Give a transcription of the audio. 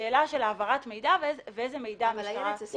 בשאלה של העברת מידע ואיזה מידע המשטרה צריכה.